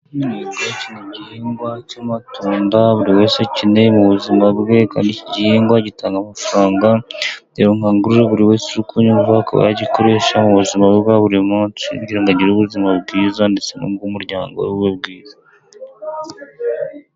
Ni igihingwa cy'amatunda buri wese akeneye mu buzima bwe, kandi iki gihingwa gitanga amafaranga. Nagira ngo nkangurire buri wese uri kunyumva akaba yagikoresha mu buzima bwe bwa buri munsi kugira ngo agire ubuzima bwiza, ndetse n'ubw'umuryango we bube bwiza.